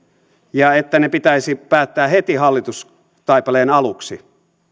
ja että ne pitäisi päättää heti hallitustaipaleen aluksi